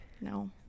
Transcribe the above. No